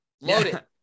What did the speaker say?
loaded